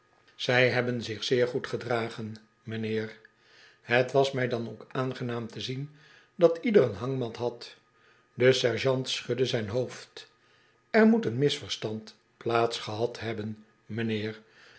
zij hebben zich zeer goed gedragen m'nheer het was mij ook aangenaam te zien dat ieder een hangmat had de sergeant schudde zijn hoofd er moet een misverstand plaats gehad hebben m'nheer